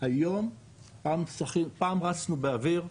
פעם רצנו באוויר,